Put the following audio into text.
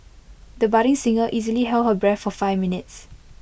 the budding singer easily held her breath for five minutes